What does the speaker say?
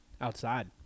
Outside